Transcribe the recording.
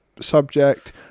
subject